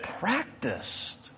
Practiced